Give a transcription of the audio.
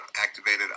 activated